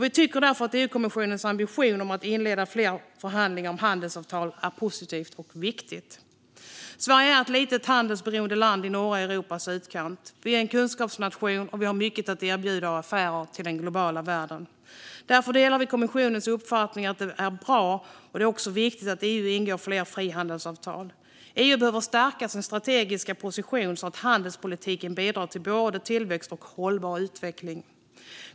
Vi tycker därför att EU-kommissionens ambition att inleda fler förhandlingar om handelsavtal är positiv och viktig. Sverige är ett litet, handelsberoende land i norra Europas utkant. Vi är en kunskapsnation, och vi har mycket att erbjuda den globala världen när det gäller affärer. Därför delar vi kommissionens uppfattning att det är bra och viktigt att EU ingår fler frihandelsavtal. EU behöver stärka sin strategiska position så att handelspolitiken bidrar till både tillväxt och hållbar utveckling.